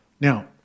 Now